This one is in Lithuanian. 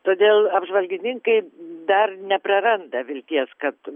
todėl apžvalgininkai dar nepraranda vilties kad